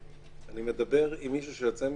אני מדבר עם מישהו שיוצא משם.